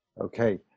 Okay